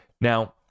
Now